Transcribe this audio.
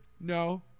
no